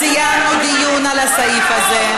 סיימנו את הדיון על הסעיף הזה,